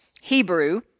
Hebrew